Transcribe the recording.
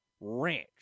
Ranch